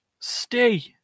Stay